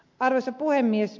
arvoisa puhemies